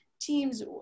teams